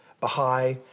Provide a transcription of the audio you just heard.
Baha'i